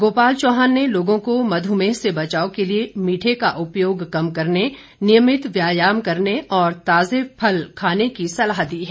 गोपाल चौहान ने लोगों को मधुमेह से बचाव के लिए मीठे का उपयोग कम करने नियमित व्यायाम करने और ताजे फल खाने की सलाह दी है